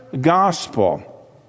gospel